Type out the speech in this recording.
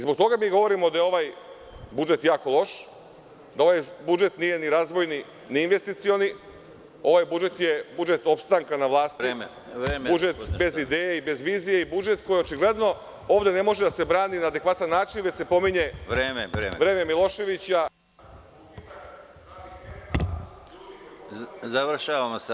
Zbog toga mi govorimo da je ovaj budžet jako loš, da ovaj budžet nije ni razvojni, ni investicioni. (Predsedavajući: Vreme.) Ovaj budžet je budžet opstanka vlasti, budžet bez ideje i bez vizije i budžet koji očigledno ovde ne može da se brani na adekvatan način, već se pominje vreme Miloševića, gubitak radnih mesta…